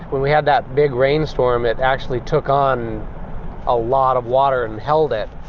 when we had that big rainstorm it actually took on a lot of water and held it,